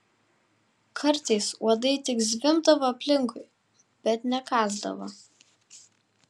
kartais uodai tik zvimbdavo aplinkui bet nekąsdavo